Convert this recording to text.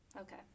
Okay